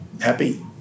happy